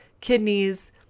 kidneys